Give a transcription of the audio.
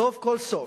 סוף כל סוף.